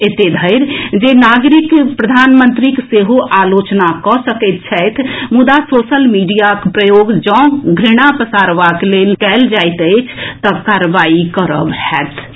एतेक धरि जे नागरिक प्रधानमंत्रीक सेहो आलोचना कऽ सकैत छथि मुदा सोशल मीडियाक प्रयोग जँ घ्रणा पसारबाक लेल कयल जायत अछि तऽ कार्रवाई करब होयत अछि